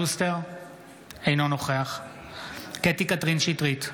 אינו נוכח קטי קטרין שטרית,